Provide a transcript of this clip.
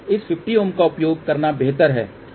इस 50 Ω का उपयोग करना बेहतर है